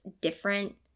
different